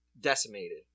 decimated